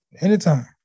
Anytime